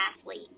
athlete